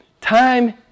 Time